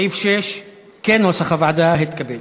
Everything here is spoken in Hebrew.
סעיף 6 כנוסח הוועדה התקבל.